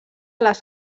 les